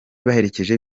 baherekeje